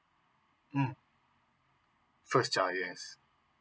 mm first child yes